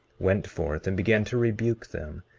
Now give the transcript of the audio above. went forth and began to rebuke them,